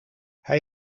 hij